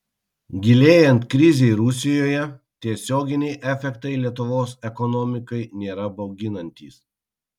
gilėjant krizei rusijoje tiesioginiai efektai lietuvos ekonomikai nėra bauginantys